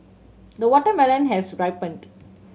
the watermelon has ripened